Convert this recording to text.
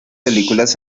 películas